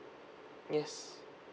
yes